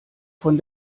von